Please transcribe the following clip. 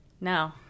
no